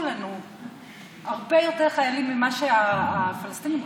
לנו הרבה יותר חיילים ממה שהפלסטינים רצחו,